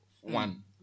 One